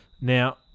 Now